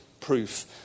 proof